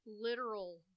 literal